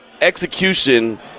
execution